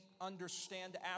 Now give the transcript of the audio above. understand